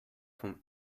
vom